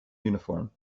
uniform